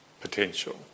potential